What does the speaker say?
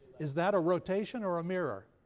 is that a rotation or a mirror?